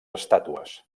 estàtues